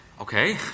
Okay